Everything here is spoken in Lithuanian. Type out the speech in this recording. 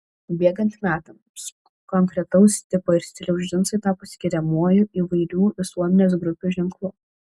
bėgant metams konkretaus tipo ir stiliaus džinsai tapo skiriamuoju įvairių visuomenės grupių ženklu